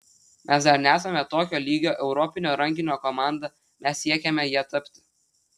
mes dar nesame tokio lygio europinio rankinio komanda mes siekiame ja tapti